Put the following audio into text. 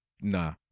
nah